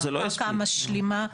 הקרקע המשלימה,